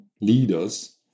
leaders